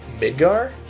Midgar